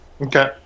Okay